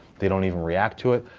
they don't even react to it.